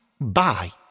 bye